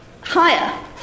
higher